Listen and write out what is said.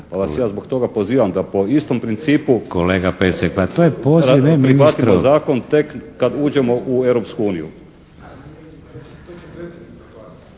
pa vas ja zbog toga pozivam da po istom principu prihvatimo zakon tek kada uđemo u Europsku uniju.